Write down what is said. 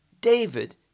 David